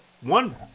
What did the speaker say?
one